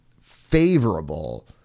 favorable